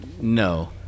no